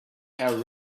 how